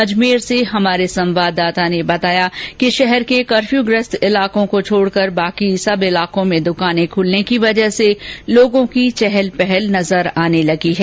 अजमेर से हमारे संवाददाता ने बताया कि शहर के कर्फ्यू ग्रस्त इलाकों को छोड़कर बाकी सब इलाकों में दुकाने खुलने के कारण लोगों की चहल पहल नजर आने लगी है